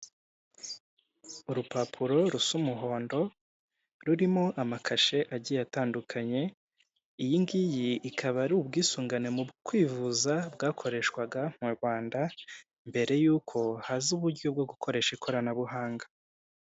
Urupapuro rusa umuhondo rurimo amakashe agiye atandukanye, iyi ngiyi ikaba ari ubwisungane mu kwivuza bwakoreshwaga mu Rwanda mbere y'uko haza uburyo bwo gukoresha ikoranabuhanga.